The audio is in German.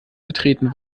betreten